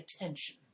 attention